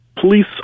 police